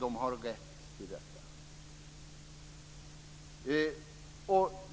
Den har rätt till detta.